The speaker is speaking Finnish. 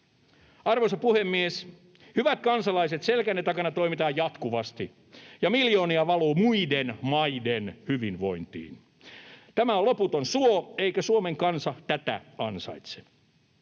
Arvoisa puhemies! Hyvät kansalaiset, selkänne takana toimitaan jatkuvasti, ja miljoonia valuu muiden maiden hyvinvointiin. Tämä on loputon suo, eikä Suomen kansa tätä ansaitse.